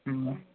ம்